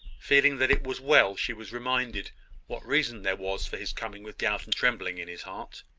feeling that it was well she was reminded what reason there was for his coming with doubt and trembling in his heart.